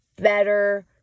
better